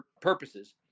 purposes